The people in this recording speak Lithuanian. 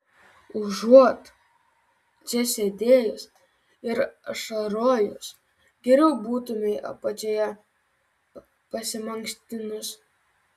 užuot čia sėdėjus ir ašarojus geriau būtumei apačioje pasimankštinus